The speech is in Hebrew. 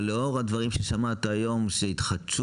אבל לאור הדברים ששמעת היום שהתחדשו,